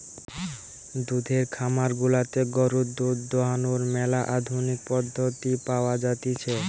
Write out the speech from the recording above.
দুধের খামার গুলাতে গরুর দুধ দোহানোর ম্যালা আধুনিক পদ্ধতি পাওয়া জাতিছে